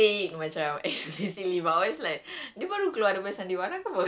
when I jumpa that my malaysian friend I was like !duh!